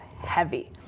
heavy